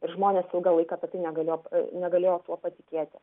ir žmonės ilgą laiką apie tai negalėjo negalėjo tuo patikėti